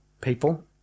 people